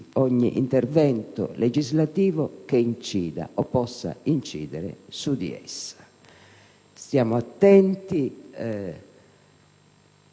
ogni intervento legislativo che incida o possa incidere su di essa. Stiamo attenti